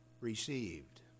received